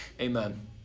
Amen